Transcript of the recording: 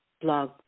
Blog